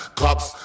cops